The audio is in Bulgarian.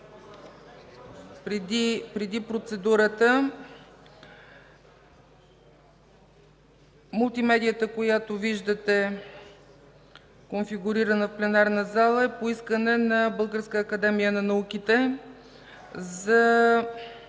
Преди процедурата – мултимедията, която виждате, конфигурирана в пленарна зала, е по искане на Българската академия на науките за